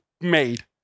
made